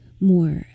more